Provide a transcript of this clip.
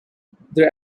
their